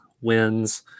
Wins